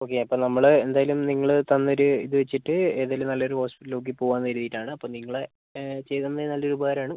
okay അപ്പം നമ്മൾ എന്തായാലും നിങ്ങൾ തന്നൊരു ഇത് വെച്ചിട്ട് ഏതെങ്കിലും നല്ലൊരു ഹോസ്പിറ്റൽ നോക്കി പോവാമെന്ന് കരുതിയിട്ടാണ് അപ്പം നിങ്ങൾ ചെയ്ത് തന്നത് നല്ലൊരു ഉപകാരമാണ്